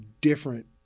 different